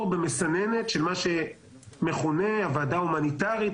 במסננת של מה שמכונה הוועדה ההומניטרית,